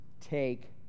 take